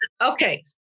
Okay